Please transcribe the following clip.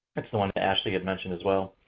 that's the one that ashley had mentioned as well.